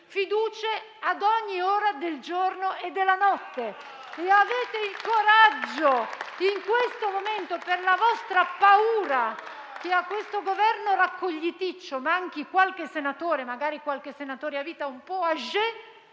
fiducie ad ogni ora del giorno e della notte. Eppure in questo momento, per la vostra paura che a questo Governo raccogliticcio manchi qualche senatore, magari qualche senatore a vita un po' *agé,*